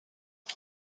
ces